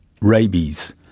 rabies